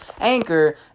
Anchor